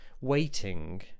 waiting